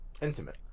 Intimate